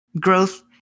growth